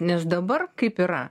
nes dabar kaip yra